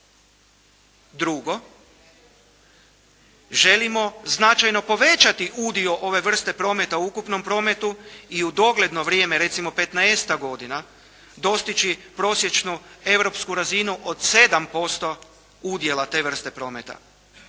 Drugo, želimo značajno povećati udio ove vrste prometa u ukupnom prometu i u dogledno vrijeme, recimo petnaestak godina dostići prosječnu europsku razinu od 7% udjela te vrste prometa.